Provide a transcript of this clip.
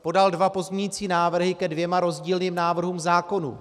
Podal dva pozměňující návrhy ke dvěma rozdílným návrhům zákonů.